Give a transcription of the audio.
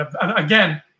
again